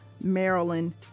Maryland